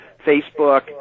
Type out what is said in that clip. Facebook